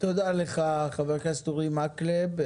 תודה לך חבר הכנסת אורי מקלב.